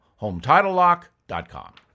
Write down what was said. HomeTitleLock.com